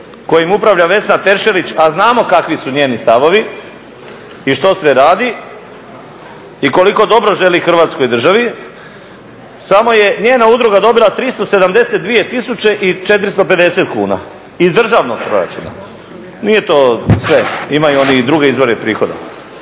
kojim upravlja Vesna Teršelić, a znamo kakvi su njeni stavovi i što sve radi i koliko dobro želi Hrvatskoj državi, samo je njena udruga dobila 372 tisuće i 450 kuna iz državnog proračuna. Nije to sve, imaju oni i druge izvore prihoda.